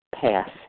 Pass